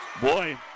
Boy